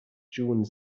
june